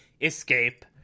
escape